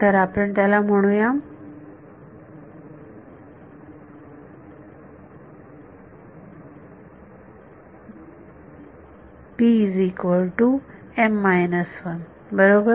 तर आपण त्याला म्हणू या बरोबर